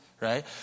right